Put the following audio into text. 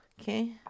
Okay